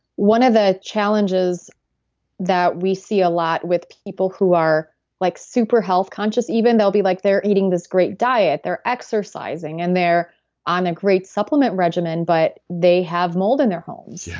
one of the challenges that we see a lot with people who are like super health conscious, even they'll be like they're eating this great diet. they're exercising. and they're on a great supplement regimen. but they have mold in their homes. yeah